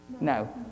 No